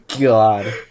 God